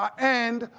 and,